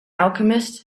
alchemist